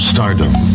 stardom